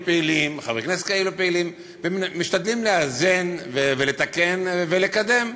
חברי כנסת כאלו פעילים ומשתדלים לאזן ולתקן ולקדם,